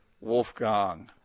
Wolfgang